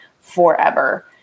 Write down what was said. forever